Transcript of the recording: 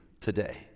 today